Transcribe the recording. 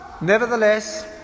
nevertheless